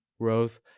Growth